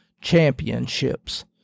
Championships